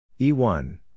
E1